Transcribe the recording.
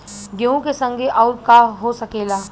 गेहूँ के संगे आऊर का का हो सकेला?